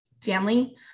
family